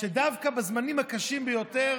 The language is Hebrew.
שדווקא בזמנים הקשים ביותר